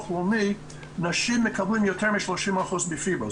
הלאומי נשים מקבלות יותר מ-30% בפיברו,